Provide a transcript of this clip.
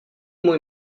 můj